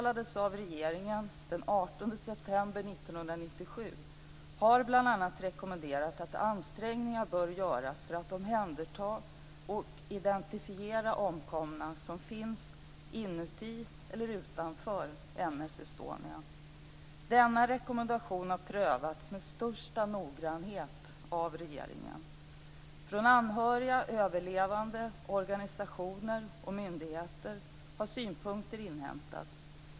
1997, har bl.a. rekommenderat att ansträngningar bör göras för att omhänderta och identifiera omkomna som finns inuti eller utanför M/S Estonia. Denna rekommendation har prövats med största noggrannhet av regeringen. Från anhöriga, överlevande, organisationer och myndigheter har synpunkter inhämtats.